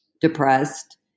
depressed